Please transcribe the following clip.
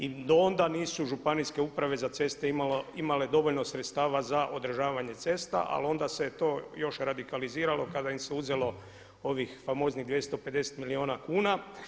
I do onda nisu Županijske uprave za ceste imale dovoljno sredstava za održavanje cesta, ali onda se to još radikaliziralo kada im se uzelo ovih famoznih 250 milijuna kuna.